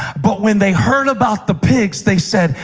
but when they heard about the pigs, they said,